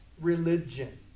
religion